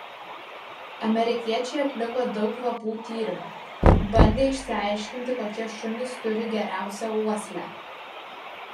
amerikiečiai atliko daug kvapų tyrimų bandė išsiaiškinti kokie šunys turi geriausią uoslę